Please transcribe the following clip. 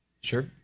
Sure